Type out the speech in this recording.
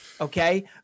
okay